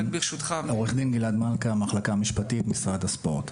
עו"ד גלעד מלכא, המחלקה המשפטית, משרד הספורט.